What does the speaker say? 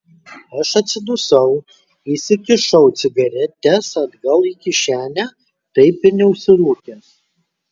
aš atsidusau įsikišau cigaretes atgal į kišenę taip ir neužsirūkęs